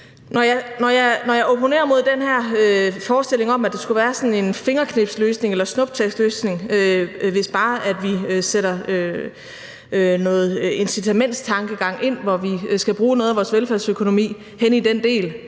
opponerer bare imod den her forestilling om, at der skulle være sådan en fingerknipsløsning eller snuptagsløsning, hvis vi bare sætter noget incitamentstankegang ind, hvor vi altså skal bruge noget af vores velfærdsøkonomi der,